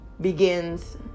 begins